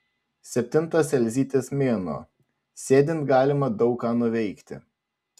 septintas elzytės mėnuo sėdint galima daug ką nuveikti